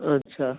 ਅੱਛਾ